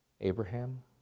Abraham